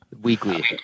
Weekly